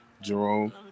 Jerome